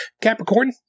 Capricorn